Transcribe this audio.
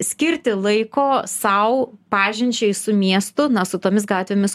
skirti laiko sau pažinčiai su miestu na su tomis gatvėmis